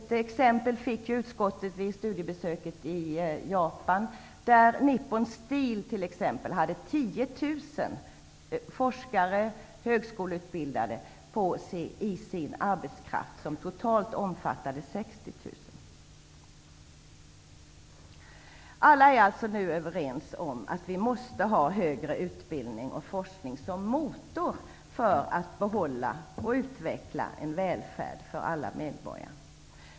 Ett exempel fick utskottet vid sitt studiebesök i Japan där t.ex. Nippon Steel hade 10 000 forskare som var högskoleutbildade, och antalet anställda var totalt 60 000. Alla är alltså nu överens om att vi måste ha högre utbildning och forskning som motor för att behålla och utveckla en välfärd för alla medborgare.